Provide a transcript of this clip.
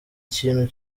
kintu